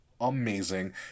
amazing